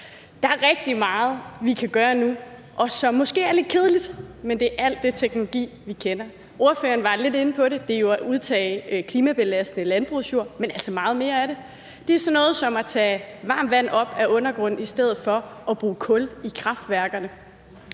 Der er rigtig meget, vi kan gøre nu, og som måske er lidt kedeligt, men der er alt den teknologi, vi kender. Ordføreren var lidt inde på det: Det er jo sådan noget som at udtage klimabelastende landbrugsjord, men altså meget mere af det, og det er at tage varmt vand op af undergrunden i stedet for at bruge kul i kraftværkerne.